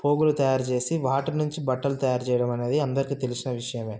పోగులు తయారు చేసి వాటి నుంచి బట్టలు తయారు చేయడం అనేది అందరికీ తెలిసిన విషయమే